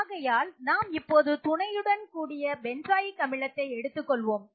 ஆகையால் நாம் இப்போது துணையுடன் கூடிய பென்சாயிக் அமிலத்தை எடுத்துக்கொள்வோம்